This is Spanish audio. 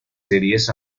series